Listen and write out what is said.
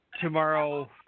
tomorrow